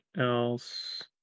else